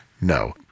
No